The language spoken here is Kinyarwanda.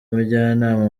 umujyanama